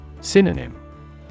Synonym